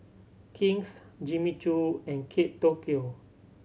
King's Jimmy Choo and Kate Tokyo